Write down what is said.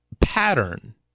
pattern